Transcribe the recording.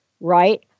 right